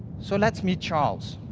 so let's meet charles.